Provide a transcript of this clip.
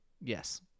Yes